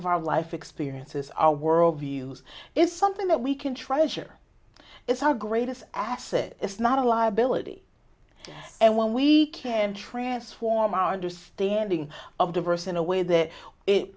of our life experiences our world views is something that we can try to share it's our greatest asset it's not a liability and when we can transform our understanding of the verse in a way that